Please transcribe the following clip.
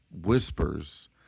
whispers